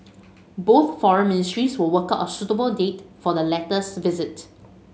both foreign ministries will work out a suitable date for the latter's visit